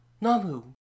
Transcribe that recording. NAMU